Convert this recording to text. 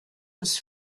des